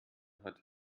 hat